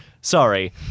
sorry